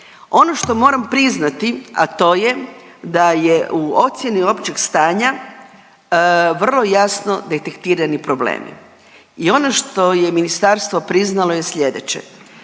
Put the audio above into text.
Ono što moram priznati, a to je da je u ocjeni općeg stanja vrlo jasno detektirani problemi i ono što je ministarstvo priznalo je sljedeće,